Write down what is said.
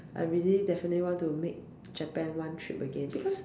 I really definitely want to make Japan one trip again because